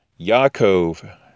Yaakov